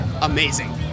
amazing